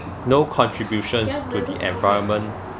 no contributions to the environment